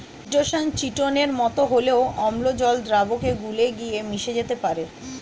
chitosan চিটোনের মতো হলেও অম্ল জল দ্রাবকে গুলে গিয়ে মিশে যেতে পারে